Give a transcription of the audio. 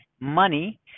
money